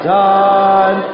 done